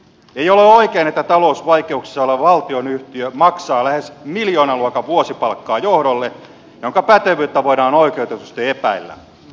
ei ole oikein että talousvaikeuksissa oleva valtionyhtiö maksaa lähes miljoonaluokan vuosipalkkaa johdolle jonka pätevyyttä voidaan oikeutetusti epäillä